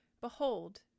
Behold